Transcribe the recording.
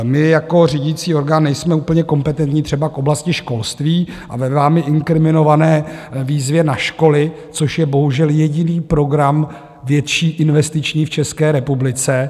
My jako řídící orgán nejsme úplně kompetentní třeba k oblasti školství a ve vámi inkriminované výzvě na školy, což je bohužel jediný program větší investiční v České republice.